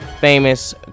famous